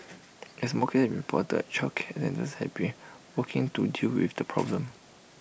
as more cases reported childcare centres have been working to deal with the problem